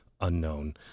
unknown